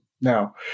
Now